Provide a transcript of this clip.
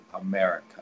America